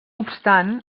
obstant